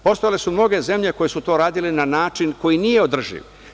Postojale su mnoge zemlje koje su to radile na način koji nije održiv.